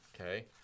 Okay